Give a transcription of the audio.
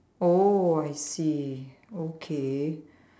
oh I see okay